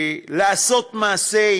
לעשות מעשה,